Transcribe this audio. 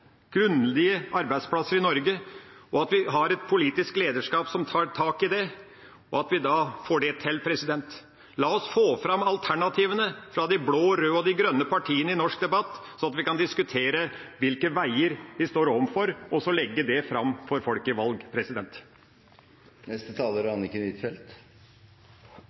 grundige arbeidsplasser i Norge, og at vi har et politisk lederskap som tar tak i det, og at vi da får det til. La oss få fram alternativene fra de blå, de røde og de grønne partiene i norsk debatt sånn at vi kan diskutere hvilke veier vi står overfor, og så legge det fram for